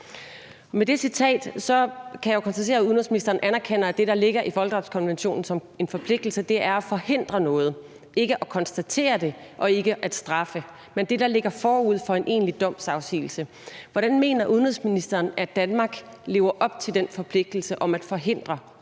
Med det citat kan jeg jo konstatere, at udenrigsministeren anerkender, at det, der ligger i folkedrabskonventionen som en forpligtelse, er at forhindre noget, ikke at konstatere det og ikke at straffe, men det, der ligger forud for en egentlig domsafsigelse. Hvordan mener udenrigsministeren Danmark lever op til den forpligtelse om at forhindre